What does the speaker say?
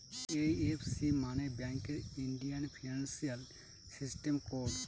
IFC মানে ব্যাঙ্কের Indian financial system code